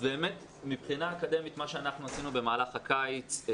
אז באמת מבחינה אקדמית מה שאנחנו עשינו במהלך הקיץ,